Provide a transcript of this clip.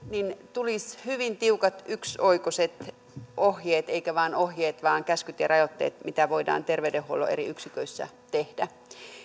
tulisi hyvin tiukat yksioikoiset ohjeet eikä vain ohjeet vaan käskyt ja rajoitteet mitä voidaan terveydenhuollon eri yksiköissä tehdä